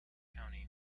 county